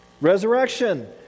Resurrection